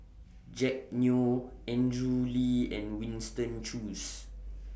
Jack Neo Andrew Lee and Winston Choos